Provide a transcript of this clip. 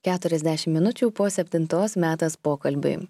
keturiasdešim minučių po septintos metas pokalbiui